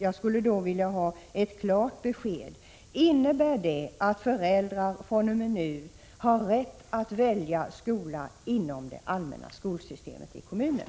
Jag skulle då vilja ha ett klart besked: Innebär det att föräldrar fr.o.m. nu har rätt att välja skola inom det allmänna skolsystemet i kommunen?